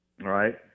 right